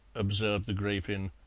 observed the grafin.